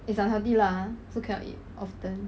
it's unhealthy lah so cannot eat often